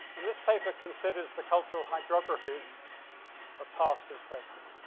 and this paper considers the cultural hydrographies of past and present,